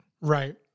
Right